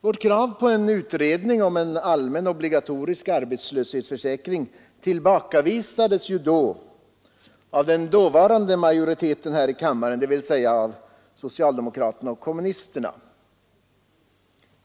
Vårt krav på en utredning om en allmän obligatorisk arbetslöshetsförsäkring tillbakavisades av den dåvarande majoriteten här i kammaren, dvs. av socialdemokraterna och kommunisterna.